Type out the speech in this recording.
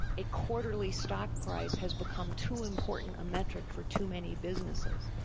a quarterly stock price has become too important a metric for too many businesses.